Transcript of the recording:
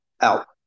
out